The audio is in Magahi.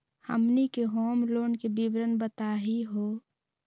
हमनी के होम लोन के विवरण बताही हो?